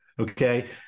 Okay